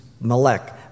malek